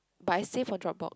but I save on Dropbox